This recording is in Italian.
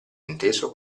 inteso